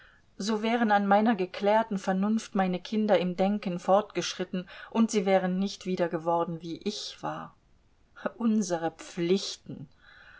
so wären an meiner geklärten vernunft meine kinder im denken fortgeschritten und sie wären nicht wieder geworden wie ich war unsere pflichten